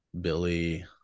Billy